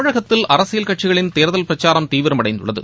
தமிழகத்தில் அரசியல் கட்சிகளின் தேர்தல் பிரச்சாரம் தீவிரம் அடைந்துள்ளது